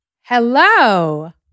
Hello